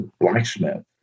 blacksmith